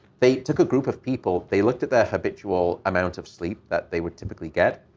they took a group of people. they looked at their habitual amount of sleep that they would typically get.